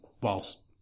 whilst